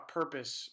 purpose